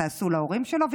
תעשו להורים שלו?